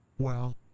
well,